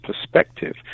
perspective